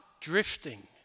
drifting